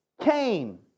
Cain